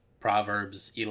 Proverbs